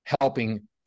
helping